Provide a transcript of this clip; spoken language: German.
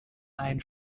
ein